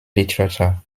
literature